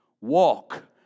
Walk